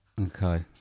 Okay